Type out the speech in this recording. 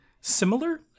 similar